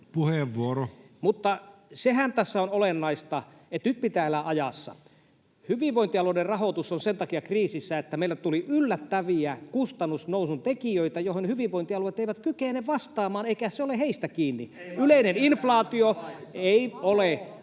Välihuutoja] Mutta sehän tässä on olennaista, että nyt pitää elää ajassa. Hyvinvointialueiden rahoitus on kriisissä sen takia, että meille tuli yllättäviä kustannusnousutekijöitä, joihin hyvinvointialueet eivät kykene vastaamaan, eikä se ole heistä kiinni. Yleinen inflaatio… [Ben